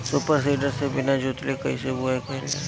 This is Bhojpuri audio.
सूपर सीडर से बीना जोतले कईसे बुआई कयिल जाला?